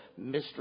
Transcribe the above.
Mr